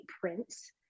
prints